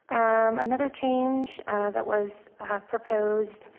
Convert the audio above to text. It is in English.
another change that was proposed